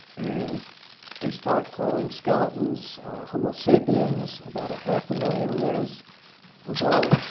and they start calling skeletons homo sapiens about a half a million years ago,